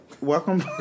welcome